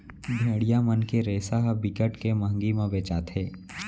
भेड़िया मन के रेसा ह बिकट के मंहगी म बेचाथे